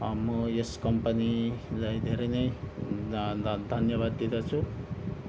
म यस कम्पनीलाई धेरै नै ध धन्यवाद दिँदछु